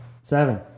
seven